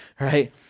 right